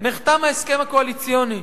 נחתם ההסכם הקואליציוני.